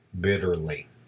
bitterly